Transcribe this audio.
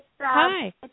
Hi